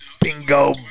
bingo